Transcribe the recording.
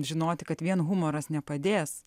žinoti kad vien humoras nepadės